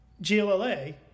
GLLA